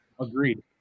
Agreed